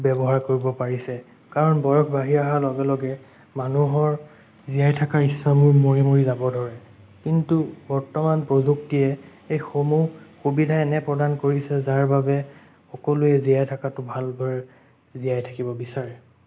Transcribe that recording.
ব্যৱহাৰ কৰিব পাৰিছে কাৰণ বয়স বাঢ়ি অহাৰ লগে লগে মানুহৰ জীয়াই থকাৰ ইচ্ছাবোৰ মৰি মৰি যাব ধৰে কিন্তু বৰ্তমান প্ৰযুক্তিয়ে এইসমূহ সুবিধা এনে প্ৰদান কৰিছে যাৰ বাবে সকলোৱে জীয়াই থকাটো ভালদৰে জীয়াই থাকিব বিচাৰে